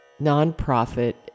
nonprofit